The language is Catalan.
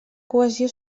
cohesió